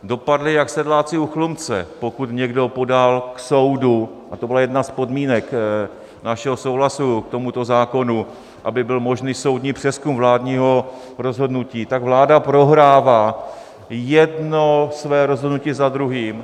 Dopadli jak sedláci u Chlumce, pokud někdo podal k soudu, a to byla jedna z podmínek našeho souhlasu k tomuto zákonu, aby byl možný soudní přezkum vládního rozhodnutí, tak vláda prohrává jedno své rozhodnutí za druhým.